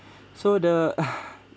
so the